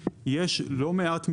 רק להשלים את הדבר השני: יש לא מעט מקומות